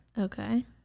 Okay